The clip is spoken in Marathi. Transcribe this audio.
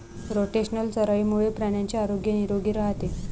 रोटेशनल चराईमुळे प्राण्यांचे आरोग्य निरोगी राहते